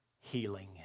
healing